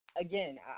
again